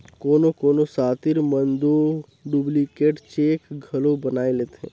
कोनो कोनो सातिर मन दो डुप्लीकेट चेक घलो बनाए लेथें